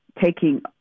taking